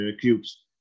cubes